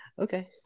okay